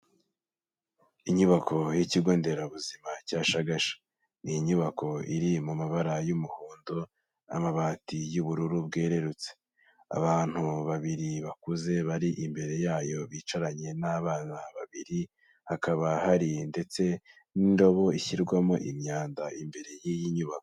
Inyubako y'ikigo nderabuzima cya Shagasha, ni inyubako iri mu mabara y'umuhondo, amabati y'ubururu bwerurutse, abantu babiri bakuze bari imbere yayo bicaranye n'abana babiri, hakaba hari ndetse n'indobo ishyirwamo imyanda imbere y'iyi nyubako.